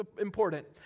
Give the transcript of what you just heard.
important